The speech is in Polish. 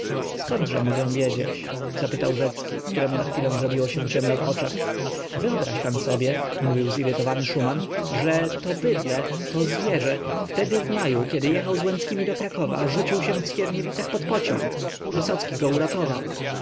odkrył zkądże mogę wiedzieć spytał rzecki któremu na chwilę zrobiło się ciemno w oczach wyobraź pan sobie mówił zirytowany szuman że to bydlę to zwierzę wtedy w maju kiedy jechał z łęckimi do krakowa rzucił się w skierniewicach pod pociąg wysocki go uratował